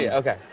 yeah okay.